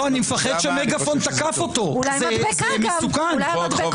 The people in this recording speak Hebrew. אני מפחד שמגפון תקף אותו, זה מסוכן.